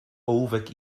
ołówek